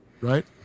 right